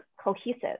cohesive